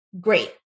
great